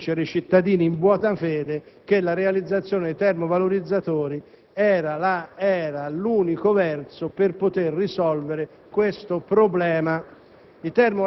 di convincere i cittadini in buona fede che la realizzazione dei termovalorizzatori era l'unico mezzo per poter risolvere il problema.